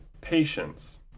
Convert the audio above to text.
patience